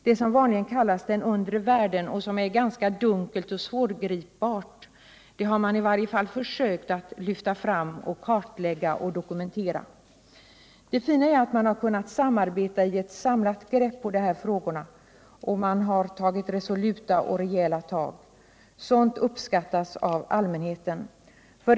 Det som vanligen kallas den undre världen och som är ganska dunkelt och svårgripbart har man i varje fall försökt att lyfta fram, kartlägga och dokumentera. Det fina är att man kunnat samarbeta och ta ett samlat grepp i dessa frågor och att man tagit resoluta och rejäla tag. Sådant uppskattas av allmänheten.